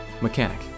mechanic